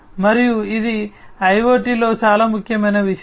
మరియు ఇది IoT లో చాలా ముఖ్యమైన విషయం